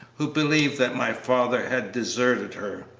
who believed that my father had deserted her.